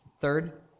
Third